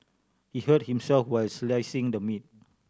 he hurt himself while slicing the meat